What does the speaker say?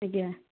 ଆଜ୍ଞା